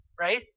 Right